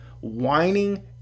whining